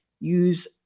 use